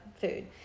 food